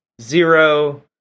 zero